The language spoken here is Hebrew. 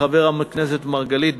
חבר הכנסת מרגלית,